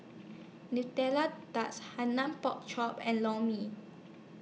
Nutella Tart Hainanese Pork Chop and Lor Mee